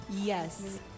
Yes